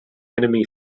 enemy